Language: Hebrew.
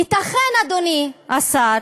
ייתכן, אדוני השר,